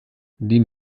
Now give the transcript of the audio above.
den